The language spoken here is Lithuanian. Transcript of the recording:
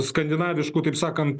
skandinavišku taip sakant